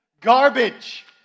Garbage